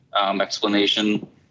explanation